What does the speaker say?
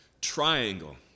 triangle